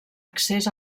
accés